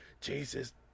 Jesus